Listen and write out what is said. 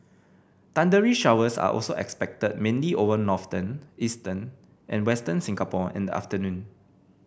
thundery showers are also expected mainly over northern eastern and Western Singapore in the afternoon